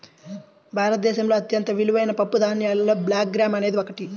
భారతదేశంలో అత్యంత విలువైన పప్పుధాన్యాలలో బ్లాక్ గ్రామ్ అనేది ఒకటి